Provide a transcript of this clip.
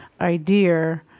idea